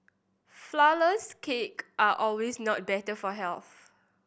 flourless cake are always not better for health